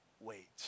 wait